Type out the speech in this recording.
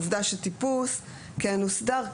עובדה שטיפוס כן הוסדר,